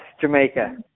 Jamaica